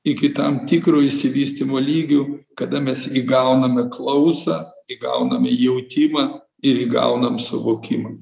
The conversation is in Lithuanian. iki tam tikro išsivystymo lygių kada mes įgauname klausą įgauname jautimą ir įgaunam suvokimą